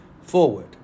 Forward